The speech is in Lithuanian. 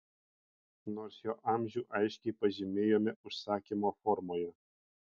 nors jo amžių aiškiai pažymėjome užsakymo formoje